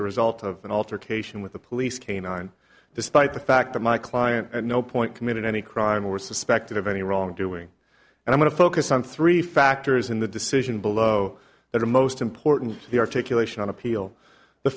a result of an altercation with the police canine despite the fact that my client at no point committed any crime or suspected of any wrongdoing and i want to focus on three factors in the decision below that are most important the articulation on appeal the